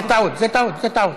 זה טעות, זה טעות,